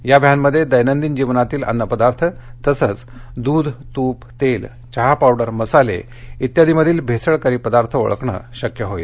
या व्हॅनमध्ये दैनंदिन जीवनातील अन्नपदार्थ तसंच दूध तूप तेल चहा पावडर मसाले इत्यादीमधील भेसळकारी पदार्थ ओळखणे शक्य होईल